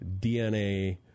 DNA